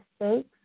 mistakes